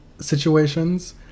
situations